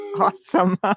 Awesome